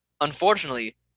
Unfortunately